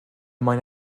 mwyn